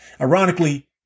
Ironically